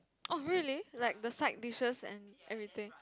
oh really like the side dishes and everything